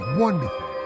wonderful